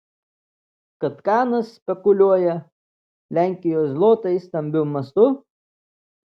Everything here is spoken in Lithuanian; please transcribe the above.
kad kanas spekuliuoja lenkijos zlotais stambiu mastu